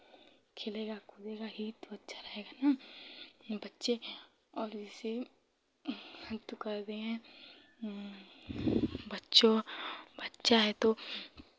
खेलेगा कूदेगा ही तो अच्छा रहेगा ना बच्चे और इसी हम तो कर दिए हैं बच्चों बच्चा है तो